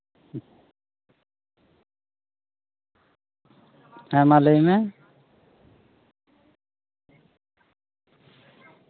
ᱦᱮᱸᱢᱟ ᱞᱟᱹᱭᱢᱮ